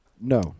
No